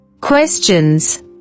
Questions